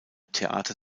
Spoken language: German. theater